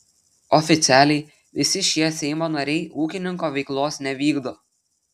oficialiai visi šie seimo nariai ūkininko veiklos nevykdo